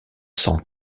sans